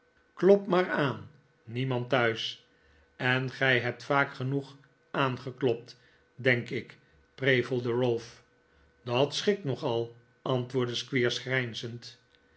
klop nikolaas nickleby maar aan niemand thuis en gij hebt vaak genoeg aangeklopt denk ik prevelde ralph dat schikte nogal antwoordde squeers grijnzend